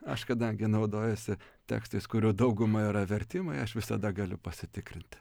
aš kadangi naudojuosi tekstais kurių dauguma yra vertimai aš visada galiu pasitikrinti